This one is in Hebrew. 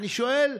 אני שואל,